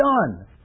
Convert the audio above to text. done